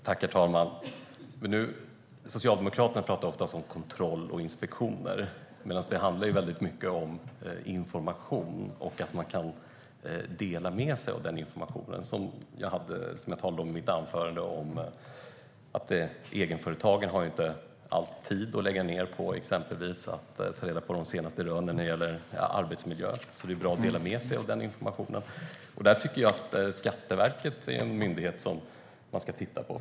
Herr talman! Socialdemokraterna pratar oftast om kontroll och inspektioner. Men det handlar mycket om information och att dela med sig av informationen. Jag talade i mitt anförande om att egenföretagaren inte har all tid att lägga ned på att ta reda på de senaste rönen när det gäller arbetsmiljö. Det är bra att dela med sig av den informationen. Skatteverket är en myndighet vi ska titta på.